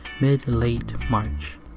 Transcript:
Mid-Late-March